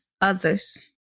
others